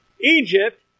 Egypt